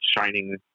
shining